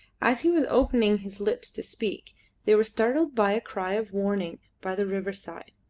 as he was opening his lips to speak they were startled by a cry of warning by the riverside,